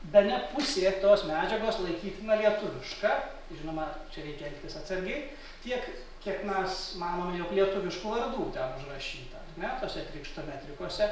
bene pusė tos medžiagos laikytina lietuviška žinoma čia reikia elgtis atsargiai tiek kiek mes manom jog lietuviškų vardų ten užrašyta ar ne tuose krikšto metrikuose